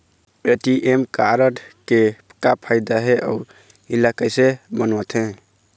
ATM card के का फायदा हे अऊ इला कैसे बनवाथे?